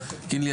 קינלי,